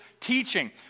teaching